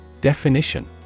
Definition